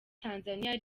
tanzania